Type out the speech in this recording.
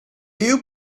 you